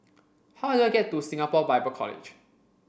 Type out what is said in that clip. how do I get to Singapore Bible College